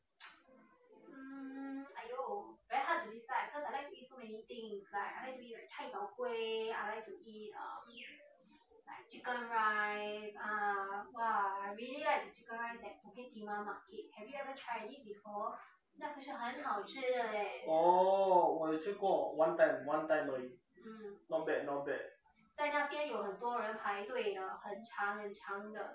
orh 我有吃过 one time one time only not bad not bad